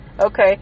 Okay